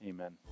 Amen